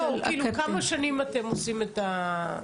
לא, כלומר, כמה שנים אתם עושים את זה?